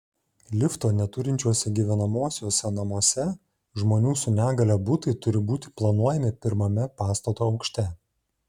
lifto neturinčiuose gyvenamuosiuose namuose žmonių su negalia butai turi būti planuojami pirmame pastato aukšte